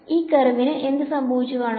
ഈ കർവിന് എന്ത് സംഭവിച്ചു കാണും